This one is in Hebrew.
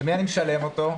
למי אני משלם אותו?